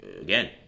Again